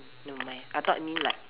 never mind I thought you mean like